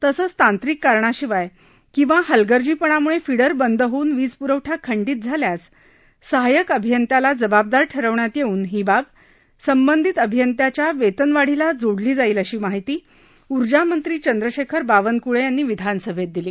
तसेच तांत्रिक कारणाशिवाय किंवा हलगर्जीपणामुळे फीडर बंद होऊन वीज प्रवठा खंडित झाल्यास सहायक अभियंत्याला जबाबदार ठरविण्यात येऊन ही बाब संबंधित अभियंताच्या वेतनवाढीस जोडली जाईल अशी माहिती ऊर्जामंत्री चंद्रशेखर बावनकुळे यांनी विधानसभेत दिली